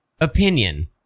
Opinion